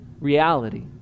reality